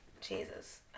Jesus